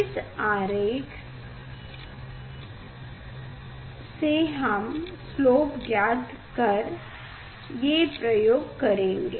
उस आरेख इस हम स्लोप ज्ञात कर ये प्रयोग करेंगे